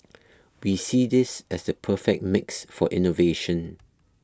we see this as the perfect mix for innovation